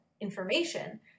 information